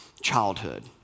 childhood